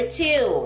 two